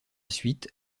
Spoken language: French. suite